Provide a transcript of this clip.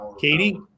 Katie